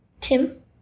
Tim